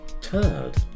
Turd